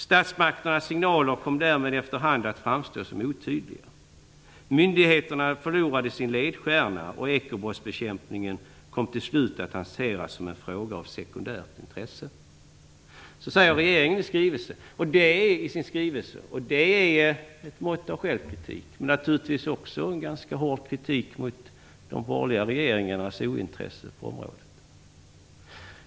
Statsmakternas signaler kom därmed efter hand att framstå som otydliga. Myndigheterna förlorade sin ledstjärna och ekobrottsbekämpningen kom till slut att hanteras som en fråga av sekundärt intresse." Så säger regeringen i skrivelsen. Det är ett mått av självkritik, men naturligtvis också en ganska hård kritik av de borgerliga regeringarnas ointresse på området.